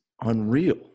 Unreal